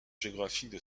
géographique